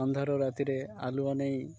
ଅନ୍ଧାର ରାତିରେ ଆଲୁଅ ନେଇେ